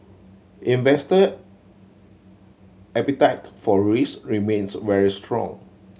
investor appetite for risk remains very strong